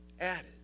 added